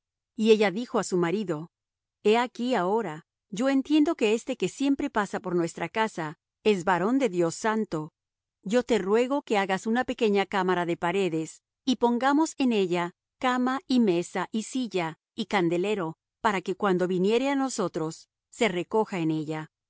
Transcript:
y ella dijo á su marido he aquí ahora yo entiendo que éste que siempre pasa por nuestra casa es varón de dios santo yo te ruego que hagas una pequeña cámara de paredes y pongamos en ella cama y mesa y silla y candelero para que cuando viniere á nosotros se recoja en ella